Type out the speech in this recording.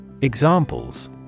Examples